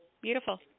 Beautiful